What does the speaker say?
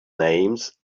names